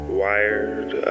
wired